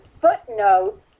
footnotes